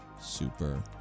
super